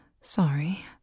Sorry